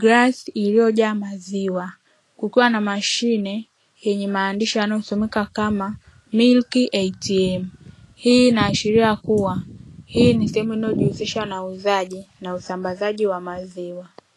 glasi iliyojaa maziwa. Kukiwa na mashine yenye maandishi yanayosomeka kama "milk ATM".Hii inaashiria kuwa hii ni sehemu inayojihusisha uuzaji na usambazaji wa maziwa.